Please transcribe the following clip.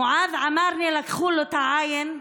מועאז עמארנה, לקחו לו את העין השמאלית.